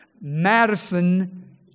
Madison